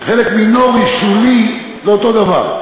חלק מינורי, שולי, זה אותו דבר.